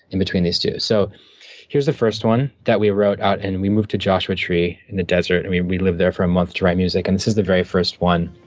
in between these two. so here's the first one that we wrote out, and and we moved to joshua tree in the desert and we we lived there for a month to write music, and this is the very first one,